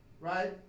Right